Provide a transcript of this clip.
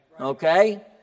Okay